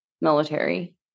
military